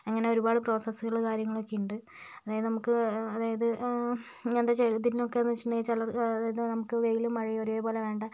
അങ്ങനെ ഒരുപാട് പ്രോസസ്സുകള് കാര്യങ്ങളൊക്കെ ഉണ്ട് അതായത് നമുക്ക് അതായത് എന്താന്ന് വെച്ചാൽ ഇതിനൊക്കെന്നുവെച്ചിട്ടുണ്ടെങ്ക ല് ചിലര് അതായത് നമുക്ക് വെയിലും മഴയും ഒരേപോലെ വേണ്ട